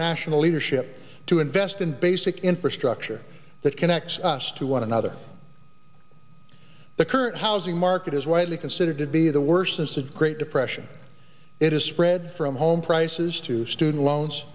national leadership to invest in basic infrastructure that connects us to one another the current housing market is widely considered to be the worst since the great depression it has spread from home prices to student loans